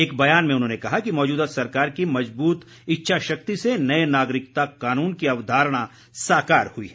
एक बयान में उन्होंने कहा कि मौजूदा सरकार की मजबूत इच्छाशक्ति से नए नागरिकता कानून की अवधारणा साकार हुई है